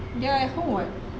they are at home [what]